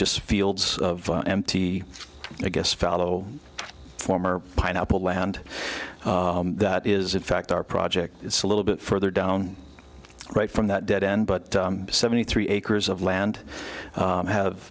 just fields empty i guess fellow former pineapple land that is in fact our project it's a little bit further down right from that dead end but seventy three acres of land have